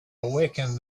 awaken